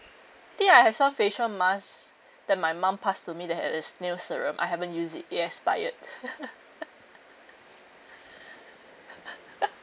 think I have some facial mask that my mom pass to me that has this new serum I haven't use it it expired